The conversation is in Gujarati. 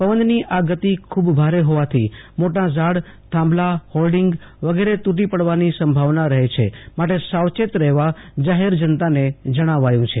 પવનની આ ગતિ ખુબ ભારે હોવાથી મોટા ઝાડથાંભલાફોર્ડિંગ વગેરે તૂટી પડવાની સંભાવના રફે છે માટે સાવચેત રહેવા જાહેર જનતાને જણાવ્યું છે